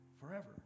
forever